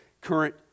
current